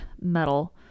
metal